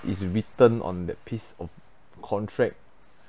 is written on that piece of contract